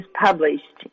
published